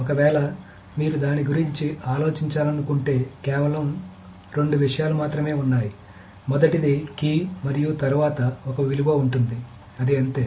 ఒకవేళ మీరు దాని గురించి ఆలోచించాలనుకుంటే కేవలం రెండు విషయాలు మాత్రమే ఉన్నాయి మొదటిది కీ మరియు తరువాత ఒక విలువ ఉంటుంది అది అంతే